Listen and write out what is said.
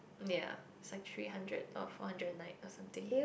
yea it's like three hundred or four hundred a night or something